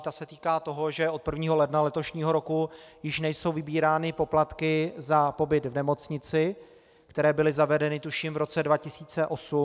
Ta se týká toho, že od 1. ledna letošního roku již nejsou vybírány poplatky za pobyt v nemocnici, které byly zavedeny, tuším, v roce 2008.